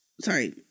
Sorry